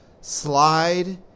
slide